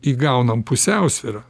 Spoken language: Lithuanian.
įgaunam pusiausvyrą